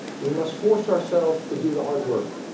we must force ourselves to do the hard work.